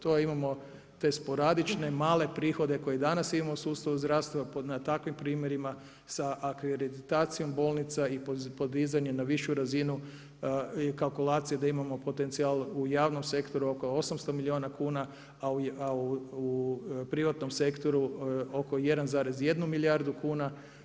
To imamo te sporadične male prihode koje danas imamo u sustavu zdravstva na takvim primjerima sa akreditacijom bolnica i podizanje na višu razinu kalkulacije da imamo potencijal u javnom sektoru oko 800 milijuna kuna, a u privatnom sektoru oko 1,1 milijardu kuna.